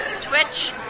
twitch